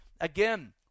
again